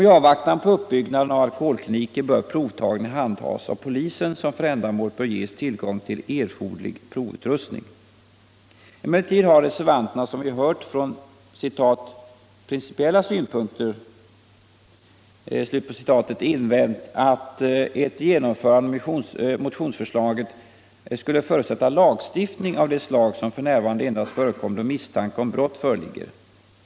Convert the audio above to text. I avvaktan på uppbyggnaden av alkoholkliniker bör provtagningen handhas av polisen, som för ändamålet bör ges tillgång till erforderlig provutrustning. Emellertid har reservanterna, som vi hört, från ”principiella synpunkter” invänt att ett genomförande av motionsförslaget skulle förutsätta lagstiftning av ett förslag som f. n. endast förekommer då misstanke om brou föreligger.